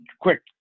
quick